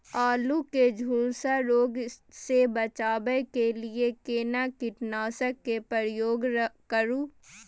आलू के झुलसा रोग से बचाबै के लिए केना कीटनासक के प्रयोग करू